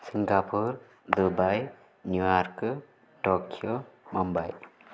Singapore Dubai Newark Tokyo Mumbai